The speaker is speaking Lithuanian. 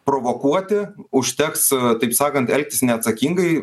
provokuoti užteks taip sakant elgtis neatsakingai